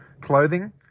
clothing